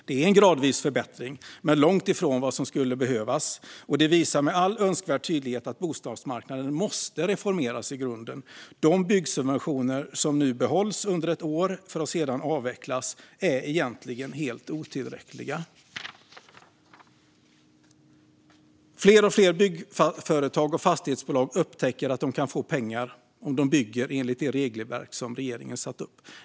Det är en gradvis förbättring, men långt ifrån vad som skulle behövas. Och det visar med all önskvärd tydlighet att bostadsmarknaden måste reformeras i grunden. De byggsubventioner som nu behålls under ett år för att sedan avvecklas är egentligen helt otillräckliga. Fler och fler byggföretag och fastighetsbolag upptäcker att de kan få pengar om de bygger enligt det regelverk som regeringen har satt upp.